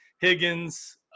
Higgins